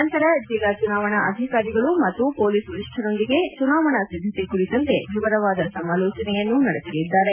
ನಂತರ ಜಿಲ್ಲಾ ಚುನಾವಣಾ ಅಧಿಕಾರಿಗಳು ಮತ್ತು ಪೊಲೀಸ್ ವರಿಷ್ಣರೊಂದಿಗೆ ಚುನಾವಣಾ ಸಿದ್ದತೆ ಕುರಿತಂತೆ ವಿವರವಾದ ಸಮಾಲೋಚನೆಯನ್ನು ನಡೆಸಲಿದ್ದಾರೆ